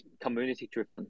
community-driven